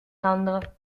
rendre